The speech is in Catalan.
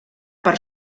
per